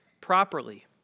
properly